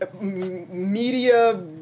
media